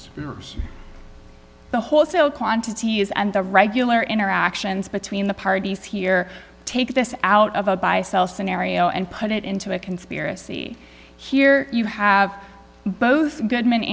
translates the wholesale quantities and the regular interactions between the parties here take this out of a buy sell scenario and put it into a conspiracy here you have both good men